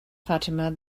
fatima